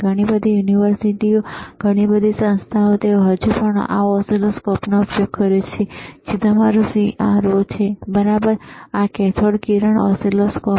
ઘણી બધી યુનિવર્સિટીઓ ઘણી બધી સંસ્થાઓ તેઓ હજુ પણ આ ઓસિલોસ્કોપનો ઉપયોગ કરે છે જે તમારો CRO છે બરાબર છે અથવા કેથોડ કિરણ ઓસિલોસ્કોપ